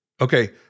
Okay